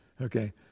Okay